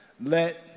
let